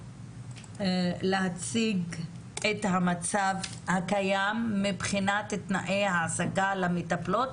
להציג את המצב הקיים מבחינת תנאי העסקה למטפלות,